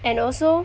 and also